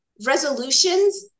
resolutions